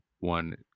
one